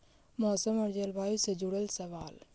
मौसम और जलवायु से जुड़ल सवाल?